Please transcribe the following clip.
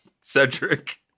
Cedric